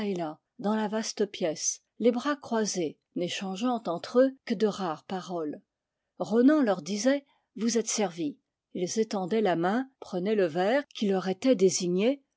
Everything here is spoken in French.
dans la vaste pièce les bras croisés n'échangeant entre eux que de rares paroles ronan leur disait vous êtes servis ils étendaient la main prenaient le verre qui leur était désigné